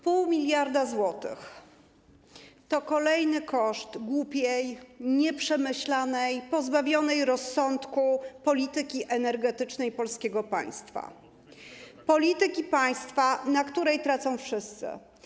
Pół miliarda złotych to kolejny koszt głupiej, nieprzemyślanej, pozbawionej rozsądku polityki energetycznej polskiego państwa, polityki państwa, na której tracą wszyscy.